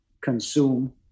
consume